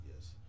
Yes